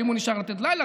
ואם הוא נשאר לילה,